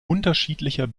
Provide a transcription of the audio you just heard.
unterschiedlicher